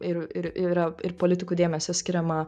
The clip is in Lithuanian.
ir ir yra ir politikų dėmesio skiriama